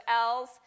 l's